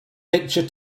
picture